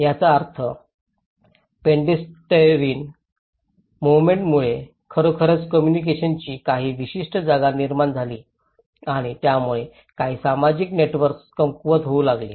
याचा अर्थ पेडेस्टरीण मोव्हमेन्टमुळे खरोखरच कोम्मुनिकेशनची काही विशिष्ट जागा निर्माण झाली आणि यामुळे काही सामाजिक नेटवर्क्स कमकुवत होऊ लागले